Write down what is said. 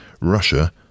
Russia